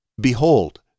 Behold